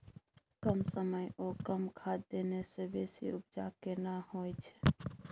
कम समय ओ कम खाद देने से बेसी उपजा केना होय छै?